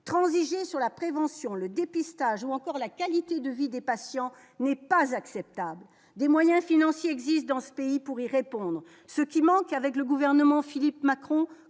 transiger sur la prévention, le dépistage, ou encore la qualité de vie des patients n'est pas acceptable des moyens financiers existent dans ce pays pour y répondre, ce qui manque, avec le gouvernement, Philippe Macron